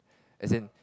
as in